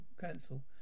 Council